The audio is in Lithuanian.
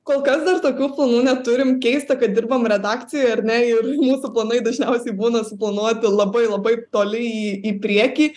kol kas dar tokių planų neturim keista kad dirbam redakcijoje ar ne ir mūsų planai dažniausiai būna suplanuoti labai labai toli į į priekį